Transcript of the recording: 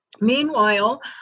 Meanwhile